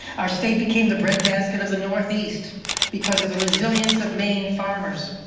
our state became the breadbasket of the northeast because of the resilience of maine farmers.